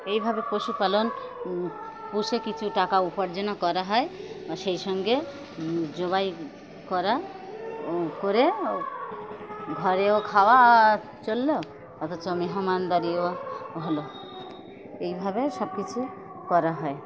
এইভাবে পশুপালন পুষে কিছু টাকা উপার্জনও করা হয় সেই সঙ্গে জবাই করা ও করে ঘরেও খাওয়া চললো অথচ মেহমানদারিও হলো এইভাবে সব কিছু করা হয়